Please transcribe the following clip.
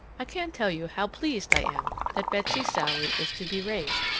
i can't tell you how pleased i am that betsy's salary is to be raised,